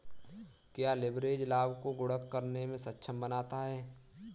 क्या लिवरेज लाभ को गुणक करने में सक्षम बनाता है?